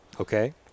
Okay